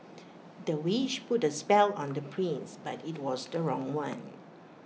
the witch put A spell on the prince but IT was the wrong one